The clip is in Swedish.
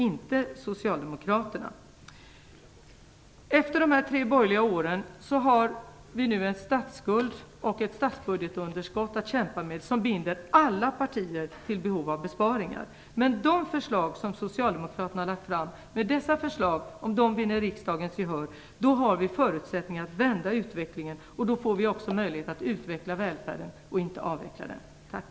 Det var inte Efter de tre borgerliga åren har vi en statsskuld och ett statsbudgetunderskott att kämpa med som binder alla partier till besparingar. Om de förslag som Socialdemokraterna har lagt fram vinner riksdagens gehör finns det förutsättningar för att vända utvecklingen. Då får vi också möjlighet att utveckla välfärden och inte avveckla den. Tack!